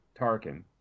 Tarkin